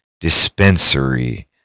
dispensary